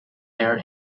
air